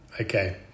Okay